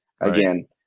again